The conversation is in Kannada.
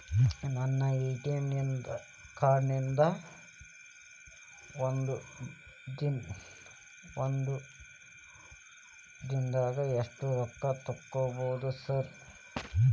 ನನ್ನ ಎ.ಟಿ.ಎಂ ಕಾರ್ಡ್ ನಿಂದಾ ಒಂದ್ ದಿಂದಾಗ ಎಷ್ಟ ರೊಕ್ಕಾ ತೆಗಿಬೋದು ಸಾರ್?